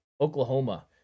Oklahoma